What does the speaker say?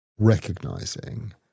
Recognizing